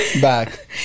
back